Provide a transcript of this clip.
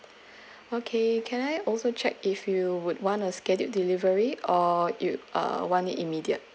okay can I also check if you would want a scheduled delivery or you uh want immediate